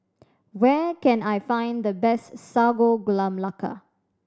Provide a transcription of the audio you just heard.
where can I find the best Sago Gula Melaka